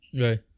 Right